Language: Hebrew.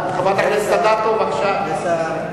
חברת הכנסת אדטו, בבקשה.